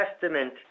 testament